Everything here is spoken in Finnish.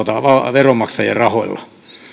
veronmaksajien rahoilla